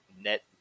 net